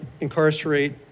incarcerate